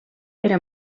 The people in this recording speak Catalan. era